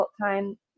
time